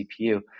CPU